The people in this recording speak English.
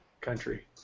country